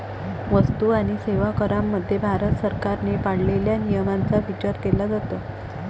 वस्तू आणि सेवा करामध्ये भारत सरकारने पाळलेल्या नियमांचा विचार केला जातो